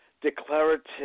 declarative